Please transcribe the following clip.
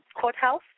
courthouse